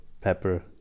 Pepper